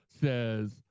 says